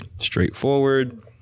straightforward